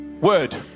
word